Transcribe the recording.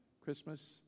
Christmas